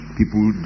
people